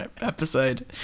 episode